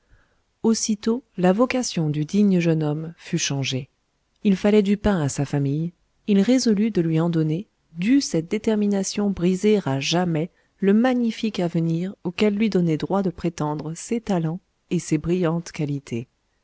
aussitôt la vocation du digne jeune homme fut changée il fallait du pain à sa famille il résolut de lui en donner dût cette détermination briser à jamais le magnifique avenir auquel lui donnaient droit de prétendre ses talents et ses brillantes qualités